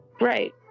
Right